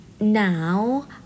now